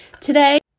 today